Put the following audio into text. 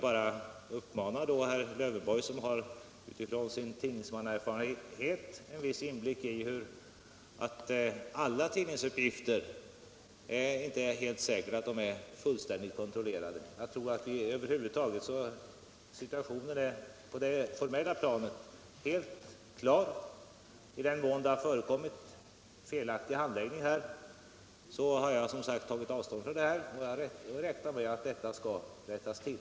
Herr Lövenborg borde med sin tidningserfarenhet ha viss inblick i att det inte är säkert att alla tidningsuppgifter är fullständigt kontrollerade. Jag tror att situationen på det formella planet är helt klar. I den mån det har förekommit en felaktig handläggning har jag som sagt tagit avstånd från detta, och jag räknar med att det skall rättas till.